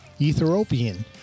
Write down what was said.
Ethiopian